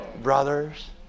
Brothers